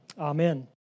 Amen